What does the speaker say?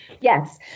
Yes